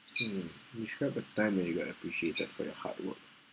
mm describe a time when you get appreciated for your hard work